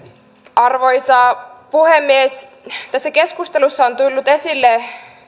arvoisa puhemies tässä keskustelussa on tullut esille